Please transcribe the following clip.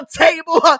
table